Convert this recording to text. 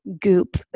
goop